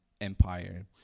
Empire